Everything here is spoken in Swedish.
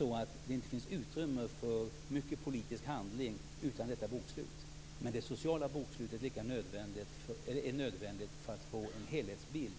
att det inte finns utrymme för mycket politisk handling utan detta bokslut. Men det sociala bokslutet är nödvändigt för att få en helhetsbild.